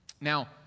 Now